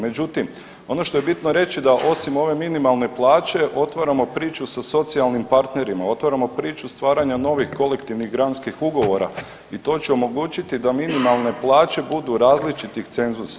Međutim, ono što je bitno reći da osim ove minimalne plaće otvaramo priču sa socijalnim partnerima, otvaramo priču stvaranja novih kolektivnih granskih ugovora i to će omogućiti da minimalne plaće budu različitih cenzusa.